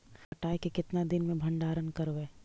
कटाई के कितना दिन मे भंडारन करबय?